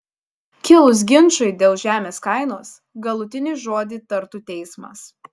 kilus ginčui dėl žemės kainos galutinį žodį tartų teismas